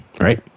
right